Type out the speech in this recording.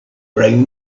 bring